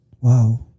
Wow